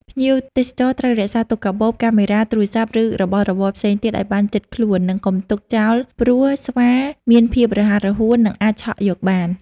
ភ្ញៀវទេសចរ ត្រូវរក្សាទុកកាបូប កាមេរ៉ា ទូរសព្ទ ឬរបស់របរផ្សេងទៀតឱ្យបានជិតខ្លួន និងកុំទុកចោលព្រោះស្វាមានភាពរហ័សរហួន និងអាចឆក់យកបាន។